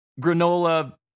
Granola